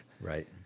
Right